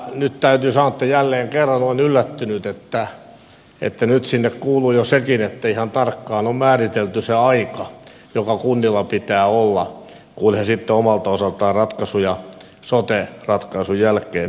nyt täytyy sanoa että jälleen kerran olen yllättynyt että nyt sinne kuuluu jo sekin että ihan tarkkaan on määritelty se aika joka kunnilla pitää olla kun ne omalta osaltaan ratkaisuja sote ratkaisun jälkeen tekevät